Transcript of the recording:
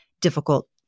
difficult